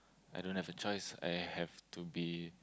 I don't a choice I have to be